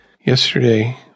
Yesterday